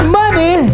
money